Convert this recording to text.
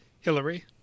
Hillary